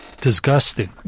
Disgusting